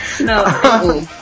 No